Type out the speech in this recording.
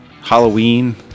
Halloween